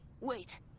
Wait